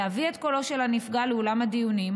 להביא את קולו של הנפגע לאולם הדיונים,